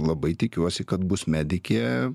labai tikiuosi kad bus medikė